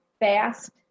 fast